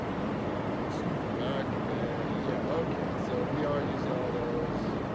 and come back, and yeah. ok, so we are using all those.